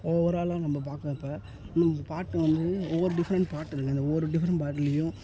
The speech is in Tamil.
ஓவர் ஆளாக நம்ம பார்க்கறப்ப இன்னும் பாட்டு வந்து ஒவ்வொரு டிஃப்ரெண்ட் பாட்டு இருக்குது அந்த ஒவ்வொரு டிஃப்ரெண்ட் பாட்டுலேயும்